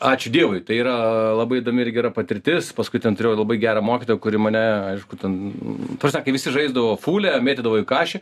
ačiū dievui tai yra labai įdomi ir gera patirtis paskui ten turėjau labai gerą mokytoją kuri mane aišku ten ta prasme kai visi žaisdavo fūlę ar mėtydavo į kašį